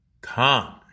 come